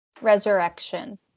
resurrection